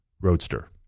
roadster